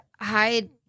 hide